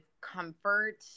comfort